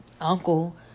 uncle